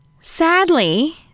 Sadly